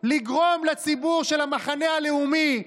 לגרום לציבור של המחנה הלאומי,